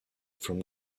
from